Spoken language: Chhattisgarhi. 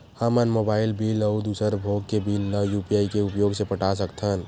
हमन मोबाइल बिल अउ दूसर भोग के बिल ला यू.पी.आई के उपयोग से पटा सकथन